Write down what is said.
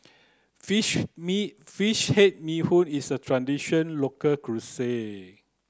fish me fish head bee hoon is a traditional local